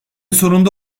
sonunda